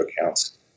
accounts